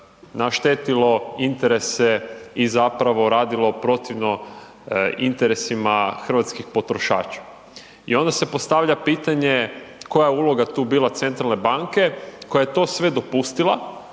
naštetilo interese i zapravo radilo protivno interesima hrvatskih potrošača. I onda se postavlja pitanje koja je uloga tu bila centralne banke koja je to sve dopustila,